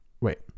wait